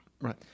Right